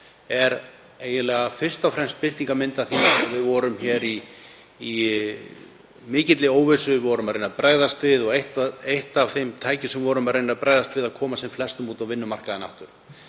eru eiginlega fyrst og fremst birtingarmynd af því að við vorum hér í mikilli óvissu. Við vorum að reyna að bregðast við og eitt af þeim tækjum sem við notuðum í að reyna að bregðast við var að koma sem flestum út á vinnumarkaðinn aftur.